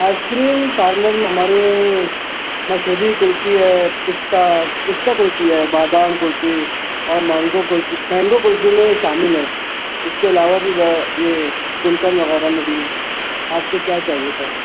ice cream parlour میں ہمارے مشہجی کلفی ہے پستہ پستہ کلفی ہے بادام کلفی اور مینگو کلفی مینگو کلفی میں شامل ہے اس کے علاوہ بھی بہو یہ گلقند وغیرہ میں بھی آپ کو کیا چاہیے تھا